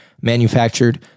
manufactured